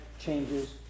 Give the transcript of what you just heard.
changes